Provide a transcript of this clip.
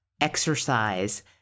exercise